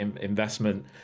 investment